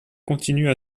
continue